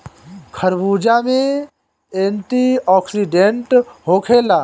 खरबूज में एंटीओक्सिडेंट होखेला